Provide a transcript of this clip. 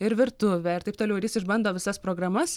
ir virtuvė ir taip toliau ir jis išbando visas programas